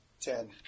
Ten